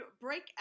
break